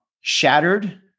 shattered